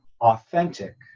authentic